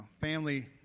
family